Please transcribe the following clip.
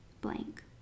blank